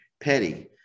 Petty